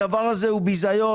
הדבר הזה הוא ביזיון.